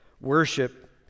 worship